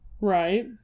Right